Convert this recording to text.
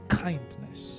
kindness